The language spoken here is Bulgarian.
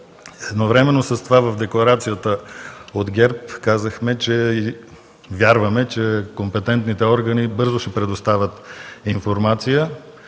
Едновременно с това в декларацията от ГЕРБ казахме, че вярваме, че компетентните органи бързо ще предоставят информация,